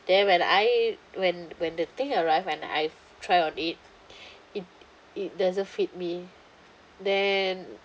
then when I when when the thing arrive and I try on it it it doesn't fit me then